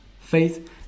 faith